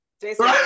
Jason